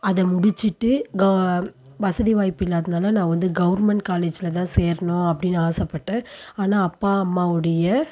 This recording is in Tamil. அதை முடிச்சுட்டு வசதி வாய்ப்பு இல்லாததுனால நான் வந்து கவர்மெண்ட் காலேஜில் தான் சேரணும் அப்படின்னு ஆசைப்பட்டேன் ஆனால் அப்பா அம்மாவுடைய